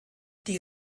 die